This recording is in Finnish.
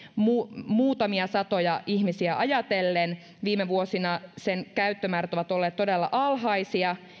muutamia satoja ihmisiä varten viime vuosina sen käyttömäärät ovat olleet todella alhaisia